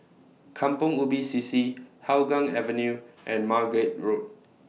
Kampong Ubi C C Hougang Avenue and Margate Road